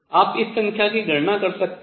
आप इस संख्या की गणना कर सकते हैं